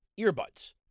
earbuds